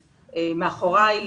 מאחורי,